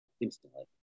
instantly